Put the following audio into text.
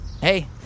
hey